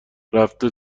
رفته